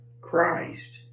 Christ